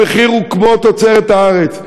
המחיר הוא כמו תוצרת הארץ,